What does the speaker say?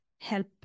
help